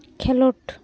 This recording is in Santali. ᱠᱷᱮᱞᱳᱰ